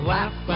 Laugh